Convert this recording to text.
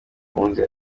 ahunze